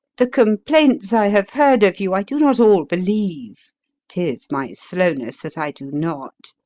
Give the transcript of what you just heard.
the complaints i have heard of you i do not all believe tis my slowness that i do not,